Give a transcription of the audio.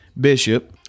bishop